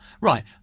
Right